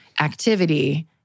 activity